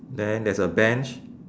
then there's a bench